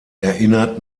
erinnert